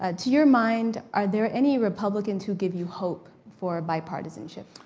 ah to your mind, are there any republicans who give you hope for bipartisanship?